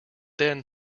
then